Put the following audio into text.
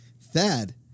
Thad